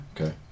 Okay